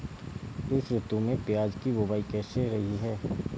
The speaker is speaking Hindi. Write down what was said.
इस ऋतु में प्याज की बुआई कैसी रही है?